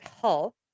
hull